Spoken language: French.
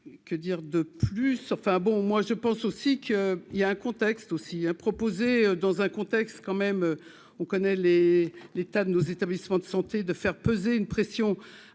que dire de plus, enfin bon, moi, je pense aussi qu'il y a un contexte aussi a proposé, dans un contexte quand même, on connaît les l'état de nos établissements de santé, de faire peser une pression